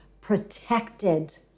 protected